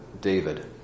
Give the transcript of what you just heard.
David